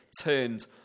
turned